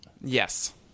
Yes